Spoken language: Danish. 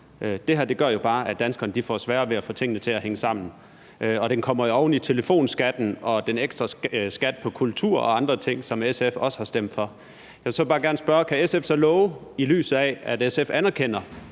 Det her gør jo bare, at danskerne får sværere ved at få tingene til at hænge sammen, og den kommer jo oven i telefonskatten og den ekstra skat på kultur og andre ting, som SF også har stemt for. Jeg vil så bare gerne spørge: Kan SF så love, i lyset af at SF anerkender,